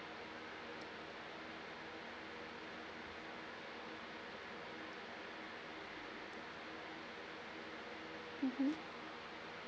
mmhmm